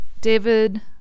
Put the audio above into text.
David